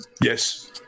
yes